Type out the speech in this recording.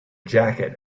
jacket